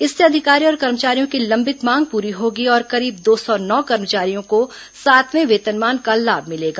इससे अधिकारी और कर्मचारियों की लंबित मांग पूरी होगी और करीब दो सौ नौ कर्मचारियों को सातवें वेतनमान का लाभ मिलेगा